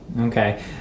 Okay